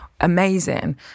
Amazing